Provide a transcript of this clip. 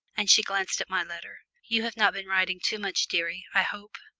and she glanced at my letter. you have not been writing too much, dearie, i hope?